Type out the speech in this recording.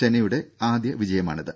ചെന്നൈയുടെ ആദ്യ വിജയമാണിത്